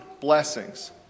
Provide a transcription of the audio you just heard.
blessings